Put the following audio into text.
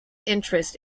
interest